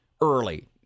early